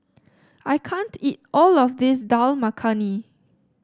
I can't eat all of this Dal Makhani